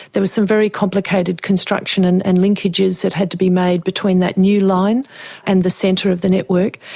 there was some very complicated construction and and linkages that had to be made between that new line and the centre of the network,